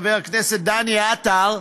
חבר הכנסת דני עטר,